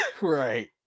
Right